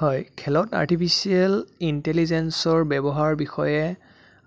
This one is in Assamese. হয় খেলত আৰ্টিফিচিয়েল ইণ্টেলিজেঞ্চৰ ব্যৱহাৰ বিষয়ে